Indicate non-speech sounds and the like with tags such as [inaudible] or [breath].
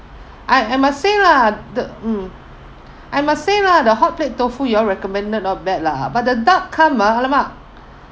I I must say lah the mm [breath] I must say lah the hotplate tofu you all recommended not bad lah but the duck come ah !alamak! [breath]